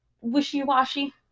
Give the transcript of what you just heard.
wishy-washy